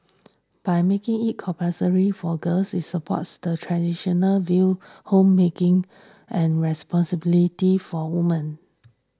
by making it compulsory for girls this supported the traditional view homemaking and responsibility for women